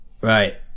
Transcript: Right